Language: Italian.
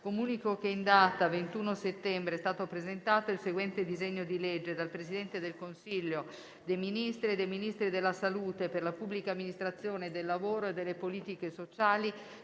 Comunico che in data 21 settembre è stato presentato il seguente disegno di legge: *dal Presidente del Consiglio dei ministri e dai Ministri della salute, per la pubblica amministrazione, del lavoro e delle politiche sociali,